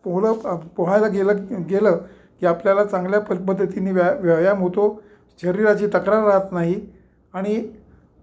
पोहळ पोहायला गेलं गेलं की आपल्याला चांगल्या प पद्धतीने व्या व्यायाम होतो शरीराची तक्रार राहात नाही आणि